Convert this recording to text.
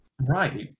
right